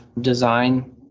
design